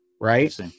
Right